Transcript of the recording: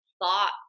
thought